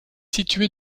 situé